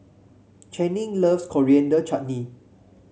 Channing loves Coriander Chutney